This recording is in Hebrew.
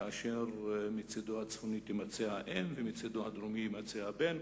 כאשר מצדו הצפוני תימצא האם ומצדו הדרומי יימצא הבן,